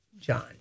John